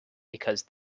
because